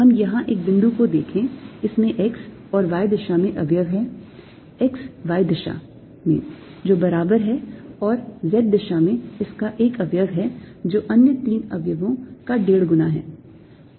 हम यहां एक बिंदु को देखें इसमें x और y दिशा में अवयव है x y दिशा में जो बराबर हैं और z दिशा में इसका एक अवयव है जो अन्य तीन अवयवों का डेढ़ गुना हैं